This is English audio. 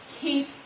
keep